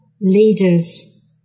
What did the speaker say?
leaders